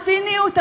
הציניות?